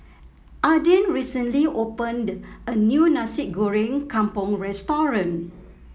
Adin recently opened a new Nasi Goreng Kampung restaurant